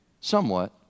somewhat